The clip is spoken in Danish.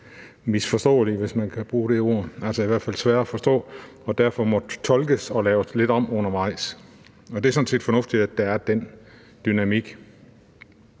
misforståelige, hvis man kan bruge det ord, altså i hvert fald svære at forstå, og derfor måtte tolkes og laves lidt om undervejs. Men det er sådan set fornuftigt, at der er den dynamik.